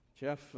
Jeff